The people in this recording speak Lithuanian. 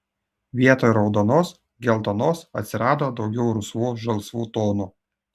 vietoj raudonos geltonos atsirado daugiau rusvų žalsvų tonų